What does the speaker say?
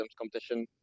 competition